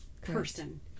person